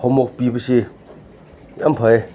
homework ꯄꯤꯕꯁꯤ ꯌꯥꯝ ꯐꯩ